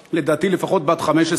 שלדעתי היא כבר לפחות בת 15,